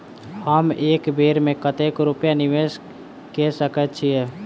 हम एक बेर मे कतेक रूपया निवेश कऽ सकैत छीयै?